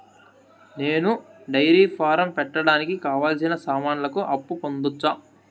నేను dairy farm పెట్టడానికి కావాల్సిన సామాన్లకు అప్పు పొందొచ్చా?